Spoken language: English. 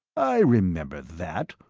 i remember that.